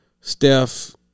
Steph